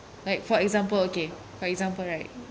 like for example okay for example right